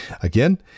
Again